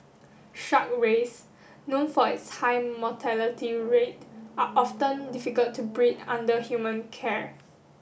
shark rays known for its high mortality rate are often difficult to breed under human care